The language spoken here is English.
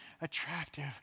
attractive